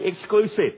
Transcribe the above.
exclusive